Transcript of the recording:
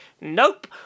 Nope